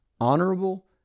honorable